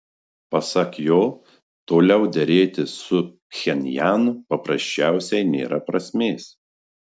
pasak jo toliau derėtis su pchenjanu paprasčiausiai nėra prasmės